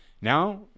Now